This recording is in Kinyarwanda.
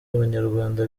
abanyarwanda